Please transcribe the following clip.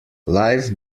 life